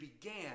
began